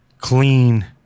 clean